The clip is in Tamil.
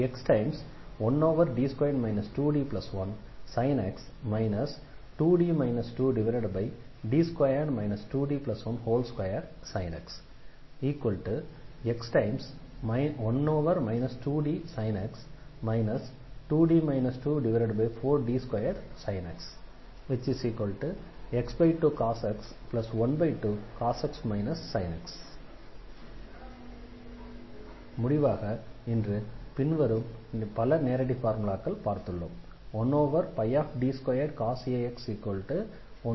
x1D2 2D1sin x 2D 2D2 2D12sin x x1 2Dsin x 2D 24D2sin x x2cos x 12 முடிவாக இன்று பின்வரும் பல நேரடி ஃபார்முலாக்கள் பார்த்துள்ளோம்